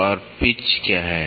और पिच व्यास क्या है